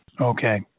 Okay